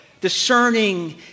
discerning